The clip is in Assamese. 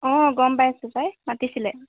অঁ গম পাইছোঁ পাই মাতিছিলে